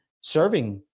serving